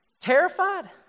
terrified